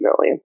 million